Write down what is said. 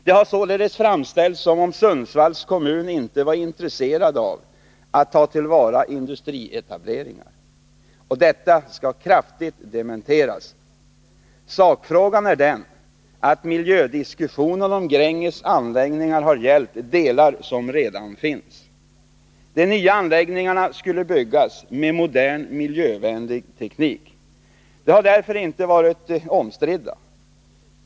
Det har således framställts som om Sundsvalls kommun inte var intresserad av att ta till vara industrietableringar. Detta skall kraftigt dementeras. Saken är den att miljödiskussionen om Gränges anläggningar har gällt delar som redan finns. De nya anläggningarna skulle byggas med modern, miljövänlig teknik, och de har därför inte varit omstridda.